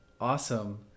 Awesome